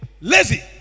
lazy